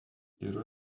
yra